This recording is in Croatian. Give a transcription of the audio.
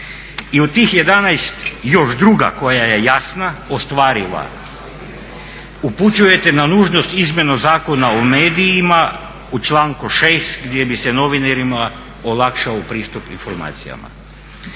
I od tih 11 još druga koja je jasna, ostvariva upućujete na nužnost izmjenu Zakona o medijima u članku 6. gdje bi se novinarima olakšao pristup informacijama.